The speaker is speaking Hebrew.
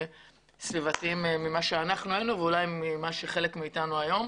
סביבתיים מכפי שאנחנו היינו ואולי חלק מאתנו היום.